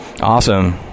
Awesome